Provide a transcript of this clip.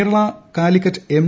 Kerala Calicut M